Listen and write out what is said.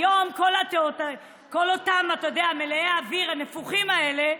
היום, כל אותם מלאי אוויר, הנפוחים האלה,